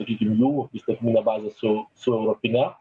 sakykim jų įstatyminę bazę su su europine